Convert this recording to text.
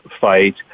fight